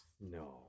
No